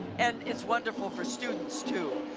and it's wonderful for students, too.